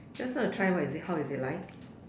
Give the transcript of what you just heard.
just want to try what is it how is it like